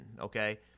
okay